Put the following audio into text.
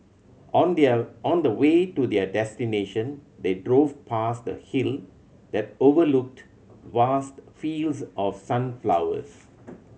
on their on the way to their destination they drove past a hill that overlooked vast fields of sunflowers